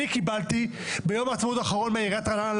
אני קיבלתי ביום העצמאות האחרון מעיריית רעננה,